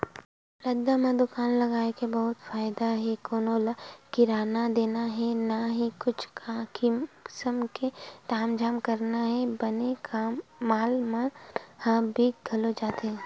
रद्दा म दुकान लगाय के बहुते फायदा हे कोनो ल किराया देना हे न ही कुछु किसम के तामझाम करना हे बने माल मन ह बिक घलोक जाथे